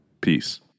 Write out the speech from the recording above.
Peace